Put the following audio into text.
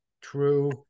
true